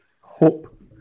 Hope